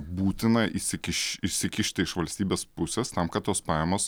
būtina įsikiš įsikišti iš valstybės pusės tam kad tos pajamos